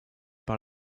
par